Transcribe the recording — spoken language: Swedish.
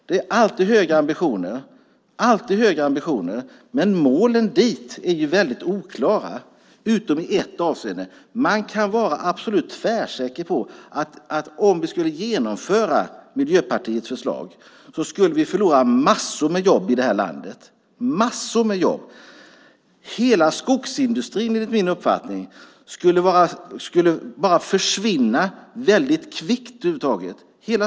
Det är alltid högre ambitioner, men målen är väldigt oklara, utom i ett avseende. Man kan vara tvärsäker på att om vi skulle genomföra Miljöpartiets förslag skulle vi förlora massor av jobb i det här landet. Hela skogsindustrin skulle, enligt min uppfattning, försvinna kvickt.